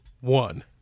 one